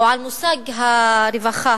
או על מושג הרווחה